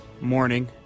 morning